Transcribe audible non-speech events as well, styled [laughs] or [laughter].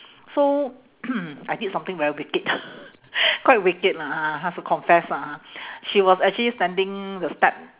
so [coughs] I did something very wicked [laughs] quite wicked lah ha I has to confess lah ha she was actually standing the step